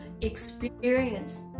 experience